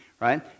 right